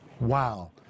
Wow